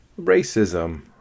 racism